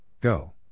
Go